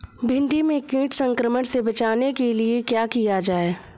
भिंडी में कीट संक्रमण से बचाने के लिए क्या किया जाए?